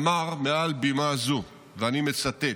אמר מעל בימה זו, ואני מצטט: